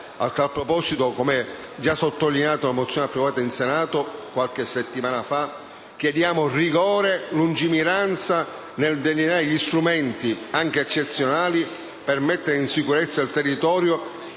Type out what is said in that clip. A tal proposito, come già sottolineato dalla mozione approvata in Senato qualche settimana fa, chiediamo rigore e lungimiranza nel delineare gli strumenti, anche eccezionali, per mettere in sicurezza il territorio,